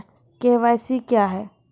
KYC क्या हैं?